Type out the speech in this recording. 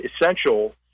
essential